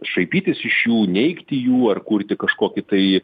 šaipytis iš jų neigti jų ar kurti kažkokį tai